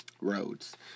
roads